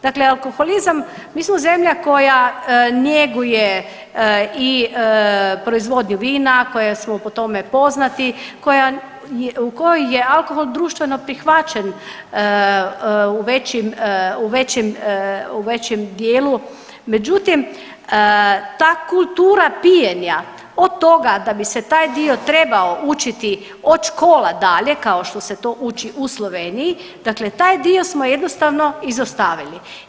Dakle alkoholizam, mi smo zemlja koja njeguje i proizvodnju vina, koja smo po tome poznati, u kojoj je alkohol društveno prihvaćen u većim, u većim, u većem dijelu, međutim ta kultura pijenja od toga da bi se taj dio trebao učiti od škola dalje kao što se to uči u Sloveniji dakle taj dio smo jednostavno izostavili.